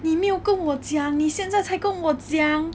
你没有跟我讲你现在才跟我讲